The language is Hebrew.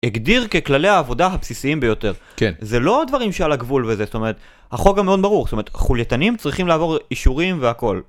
הגדיר ככללי העבודה הבסיסיים ביותר. כן. זה לא הדברים שעל הגבול וזה, זאת אומרת, החוג המאוד ברור, זאת אומרת, חולייתנים צריכים לעבור אישורים והכול.